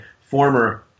former